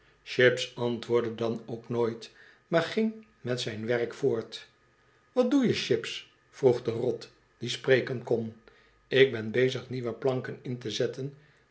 berooven chips antwoordde dan ook nooit maar ging met zijn werk voort wat doe je chips vroeg de rot die spreken kon ik ben bezig nieuwe planken in te zetten